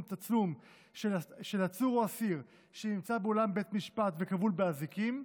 תצלום של עצור או אסיר שנמצא באולם בית משפט וכבול באזיקים,